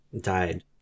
died